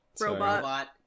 robot